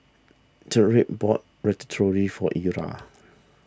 Tyrik bought Ratatouille for Ira